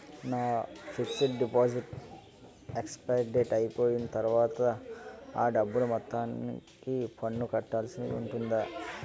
నా fixed deposit expiry date అయిపోయిన తర్వాత అ డబ్బు మొత్తానికి పన్ను కట్టాల్సి ఉంటుందా?